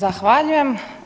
Zahvaljujem.